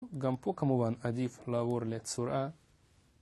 גם פה כמובן עדיף לעבור לצורה